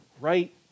right